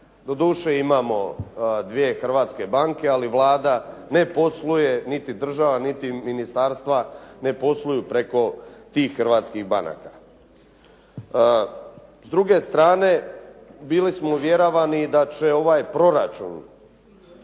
Doduše imamo dvije hrvatske banke, ali Vlada ne posluje, niti država niti ministarstva ne posluju preko tih hrvatskih banaka. S druge strane, bili smo uvjeravani da će ovaj proračun